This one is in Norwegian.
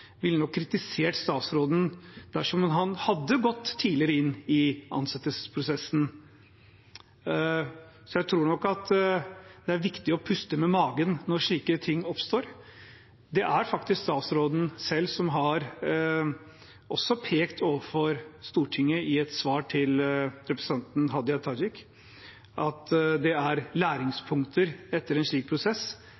kritisert statsråden dersom han hadde gått tidligere inn i ansettelsesprosessen. Så jeg tror det er viktig å puste med magen når slike ting oppstår. Det er faktisk statsråden selv som også har pekt på overfor Stortinget i et svar til representanten Hadia Tajik at det er